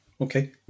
Okay